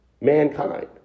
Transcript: mankind